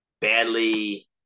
badly